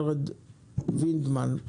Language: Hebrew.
ורד וינדמן,